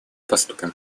поступим